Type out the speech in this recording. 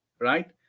right